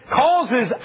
causes